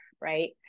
right